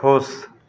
ख़ुश